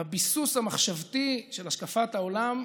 בביסוס המחשבתי של השקפת העולם,